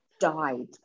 died